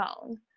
phone